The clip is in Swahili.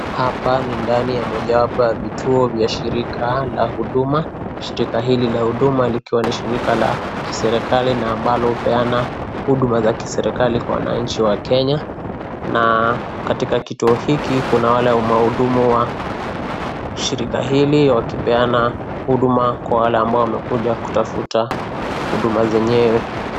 Hapa ni ndani ya mojawapo ya vituo vya shirika la huduma. Shirika hili la huduma likiwa ni shirika la kiserikali na ambalo hupeana huduma za kiserikali kwa wanainchi wa Kenya. Na katika kituo hiki, kuna wale wahudumu wa shirika hili wakipeana huduma kwa ambao wamekuja kutafuta huduma zenyewe.